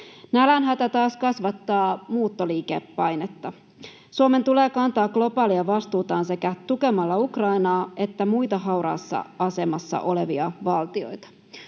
Nälänhätä taas kasvattaa muuttoliikepainetta. Suomen tulee kantaa globaalia vastuutaan tukemalla sekä Ukrainaa että muita hauraassa asemassa olevia valtioita.